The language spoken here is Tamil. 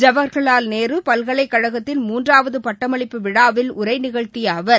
ஜவஹர்லால் நேரு பல்கலைக்கழகத்தின் மூன்றாவது பட்டமளிப்பு விழாவில் உரை நிகழ்த்திய அவர்